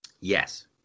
Yes